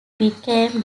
became